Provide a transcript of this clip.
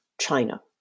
China